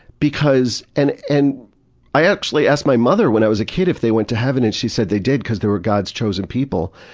and and i actually asked my mother when i was a kid if they went to heaven and she said they did because they were god's chosen people.